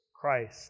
Christ